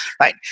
right